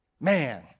Man